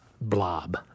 blob